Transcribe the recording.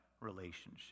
relationship